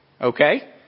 Okay